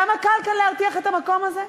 כמה קל כאן להרתיח את המקום הזה?